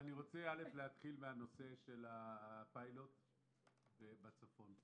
אני רוצה להתחיל בנושא הפיילוט בצפון.